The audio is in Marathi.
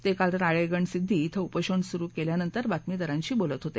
ते काल राळेगणसिद्धी इथं उपोषण सुरू केल्यानंतर बातमीदारांशी बोलत होते